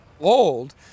old